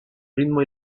ritmo